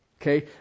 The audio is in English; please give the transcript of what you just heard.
Okay